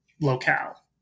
locale